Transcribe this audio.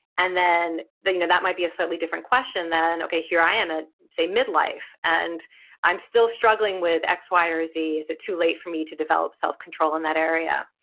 and then that you know that might be a different question than okay here i am at say, mid-life, and i'm still struggling with x, y or z. is it too late for me to develop self-control in that area?